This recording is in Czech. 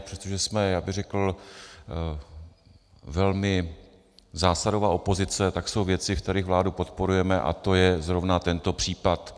Přestože jsme, řekl bych, velmi zásadová opozice, tak jsou věci, ve kterých vládu podporujeme, a to je zrovna tento případ.